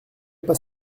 pas